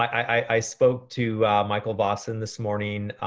i spoke to michael vossen this morning.